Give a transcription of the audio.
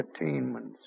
attainments